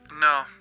No